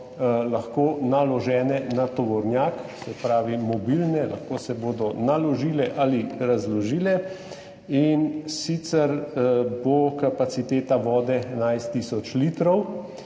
lahko naložene na tovornjak, se pravi mobilne, lahko se bodo naložile ali razložile, in sicer bo kapaciteta vode 11 tisoč litrov.